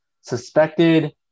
suspected